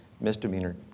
misdemeanor